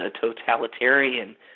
totalitarian